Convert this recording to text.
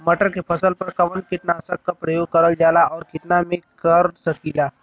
मटर के फसल पर कवन कीटनाशक क प्रयोग करल जाला और कितना में कर सकीला?